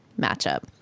matchup